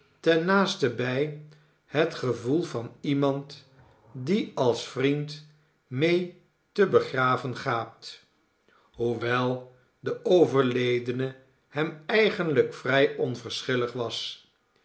ten naastenbij het gevoel van iemand die als vriend mee te begraven gaat hoewel de overledene hem eigenlijk vrij onverschillig was